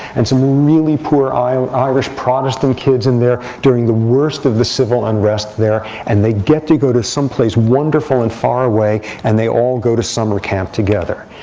and some really poor irish protestant kids in there during the worst of the civil unrest there. and they get to go to someplace wonderful and far away. and they all go to summer camp together.